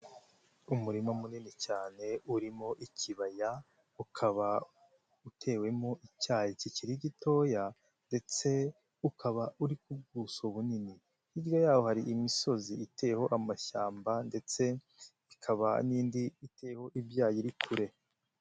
Umurima munini cyane urimo ikibaya ukaba utewemo icyayi kikiri gitoya ndetse ukaba uri ku buso bunini, hirya y'aho hari imisozi iteyeho amashyamba ndetse hakaba n'indi iteyeho ibyayi iri kure.